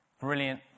Brilliant